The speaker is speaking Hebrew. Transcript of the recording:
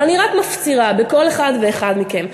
אבל אני רק מפצירה בכל אחד ואחד מכם,